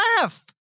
laugh